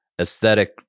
aesthetic